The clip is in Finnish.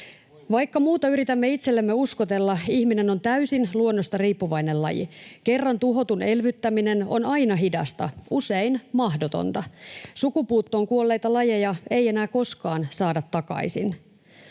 Vaikka muuta yritämme itsellemme uskotella, ihminen on täysin luonnosta riippuvainen laji. Kerran tuhotun elvyttäminen on aina hidasta, usein mahdotonta. Sukupuuttoon kuolleita lajeja ei enää koskaan saada takaisin.